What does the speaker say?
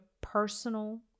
personal